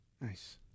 Nice